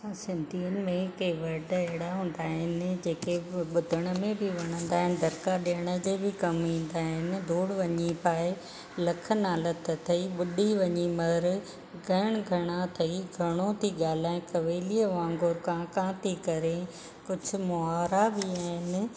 असां सिंधियुनि में के वर्ड अहिड़ा हूंदा आहिनि जेके ॿुधण में बि वणंदा आहिनि दड़िका ॾियण जे बि कमु ईंदा आहिनि धूड़ वञी पाए लख लानत अथई ॿुडी वञी मर ॻण घणा अथई घणो थी ॻाल्हाए कवेलीअ वांगुरु कां कां थी करे कुझु मुहावरा बि आहिनि